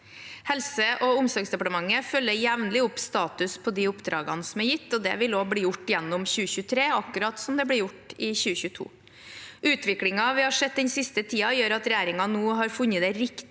Helse- og omsorgsdepartementet følger jevnlig opp status på de oppdragene som er gitt, og det vil også bli gjort gjennom 2023 – akkurat som det ble gjort i 2022. Utviklingen vi har sett den siste tiden, gjør at regjeringen nå har funnet det riktig